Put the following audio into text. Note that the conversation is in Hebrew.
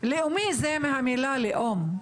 לאומי זה מהמילה לאום,